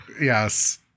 Yes